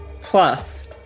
plus